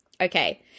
Okay